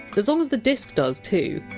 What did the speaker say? as long as the disk does too!